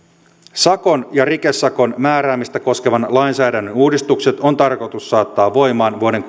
sakon ja rikesakon määräämistä koskevan lainsäädännön uudistukset on tarkoitus saattaa voimaan vuoden